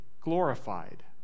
glorified